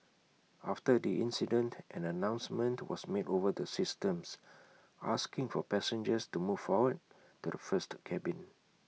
after the incident an announcement was made over the systems asking for passengers to move forward to the first cabin